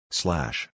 slash